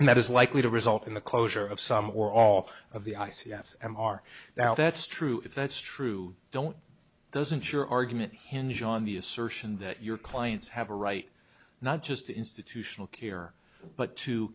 that is likely to result in the closure of some or all of the i c s m r now that's true if that's true don't doesn't your argument hinge on the assertion that your clients have a right not just institutional care but to